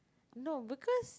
no because